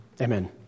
Amen